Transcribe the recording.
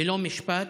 ללא משפט,